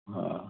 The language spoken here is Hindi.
हाँ